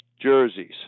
jerseys